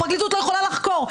הפרקליטות לא יכולה לחקור.